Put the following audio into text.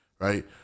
right